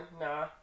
Nah